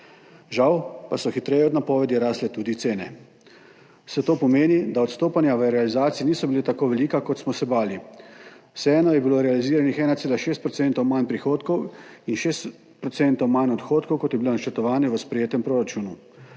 Žal pa so hitreje od napovedi rasle tudi cene. Vse to pomeni, da odstopanja v realizaciji niso bila tako velika, kot smo se bali. Vseeno je bilo realiziranih 1,6 % manj prihodkov in 6 % manj odhodkov, kot je bilo načrtovano v sprejetem proračunu.